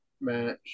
match